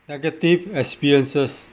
negative experiences